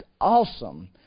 awesome